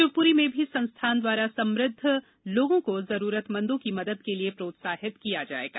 शिवपुरी में भी संस्थान द्वारा समुद्ध लोगों को जरूरतमंदों की मदद के लिए प्रोत्साहित किया जाएगा